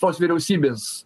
tos vyriausybės